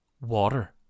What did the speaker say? Water